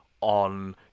on